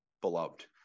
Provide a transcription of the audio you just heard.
beloved